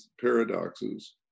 paradoxes